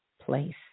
place